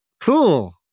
cool